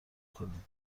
کنیم